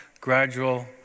gradual